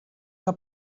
que